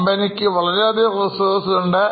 കമ്പനിക്ക് വളരെയധികം Reseves ഉണ്ട്